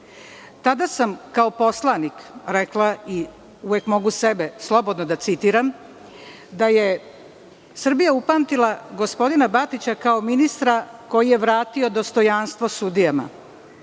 Tada sam, kao poslanik rekla, i uvek mogu sebe slobodno da citiram, da je Srbija upamtila gospodina Batića kao ministra koji je vratio dostojanstvo sudijama,